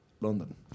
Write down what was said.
London